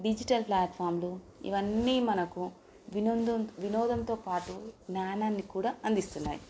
digital ప్లాట్ఫామ్లు ఇవన్నీ మనకు వినోందం వినోదంతో పాటు జ్ఞానాన్ని కూడా అందిస్తున్నాయి